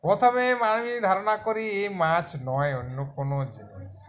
প্রথমে আমি ধারণা করি এ মাছ নয় অন্য কোনো জিনিস